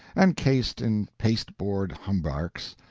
and cased in paste board hauberks,